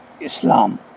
Islam